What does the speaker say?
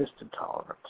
intolerance